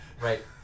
Right